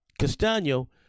Castano